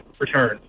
return